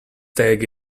take